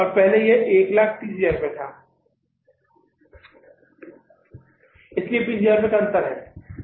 पहले यह 130000 था इसलिए 20000 रुपये का अंतर है